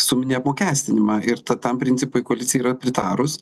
suminį apmokestinimą ir ta tam principui koalicija yra pritarus